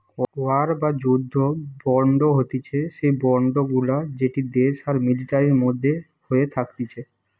war বা যুদ্ধ bond হতিছে সেই বন্ড গুলা যেটি দেশ আর মিলিটারির মধ্যে হয়ে থাকতিছে